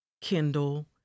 Kindle